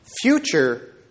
future